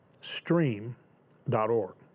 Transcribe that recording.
stream.org